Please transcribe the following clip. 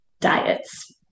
diets